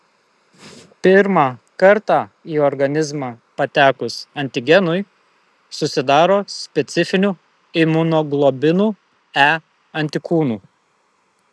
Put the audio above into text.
pirmą kartą į organizmą patekus antigenui susidaro specifinių imunoglobulinų e antikūnų